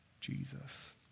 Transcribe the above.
Jesus